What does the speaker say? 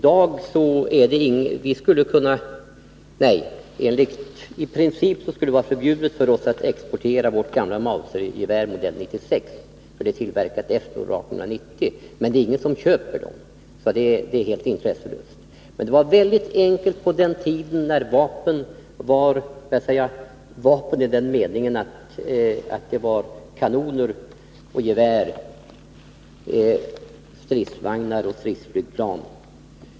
I princip skulle det vara förbjudet för oss att exportera vårt gamla mausergevär modell 96, eftersom det är tillverkat efter år 1890. Men det är ingen som köper det, så det är helt intresselöst. Det var enkelt på den tiden då vapen var vapen som kanoner, gevär, stridsvagnar och stridsflygplan.